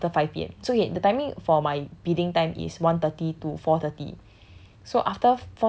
so I can only bid after five P_M so okay the timing for my bidding time is one thirty to four thirty